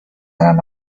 عمه